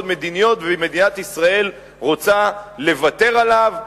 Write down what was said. מדיניות ומדינת ישראל רוצה לוותר עליו,